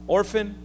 orphan